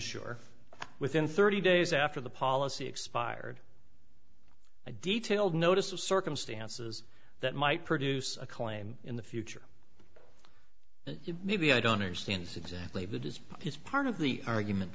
sure within thirty days after the policy expired a detailed notice of circumstances that might produce a claim in the future maybe i don't understand exactly that is is part of the argument